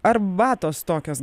arbatos tokios